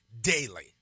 daily